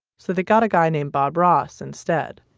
so they got a guy named bob ross instead.